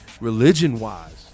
religion-wise